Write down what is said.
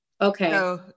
Okay